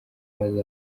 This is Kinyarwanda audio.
maze